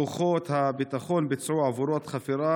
אתמול כוחות הביטחון ביצעו עבודות חפירה